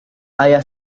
ayah